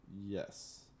Yes